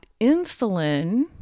insulin